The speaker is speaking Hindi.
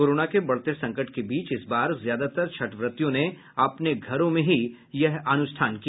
कोरोना के बढ़ते संकट के बीच इस बार ज्यादातर छठ व्रतियों ने अपने घरों में ही यह अनुष्ठान किया